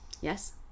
Yes